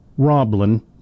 Roblin